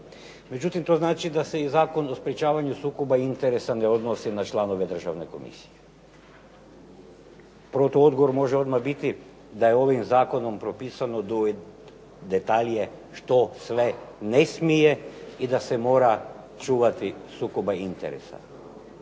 Međutim, to znači da se Zakon o sprečavanju sukobe interesa ne odnosi na članove Državne komisije, protuodgovor može odmah biti da je ovim zakonom propisano u detalje što sve ne smije i da se mora čuvati sukoba interesa.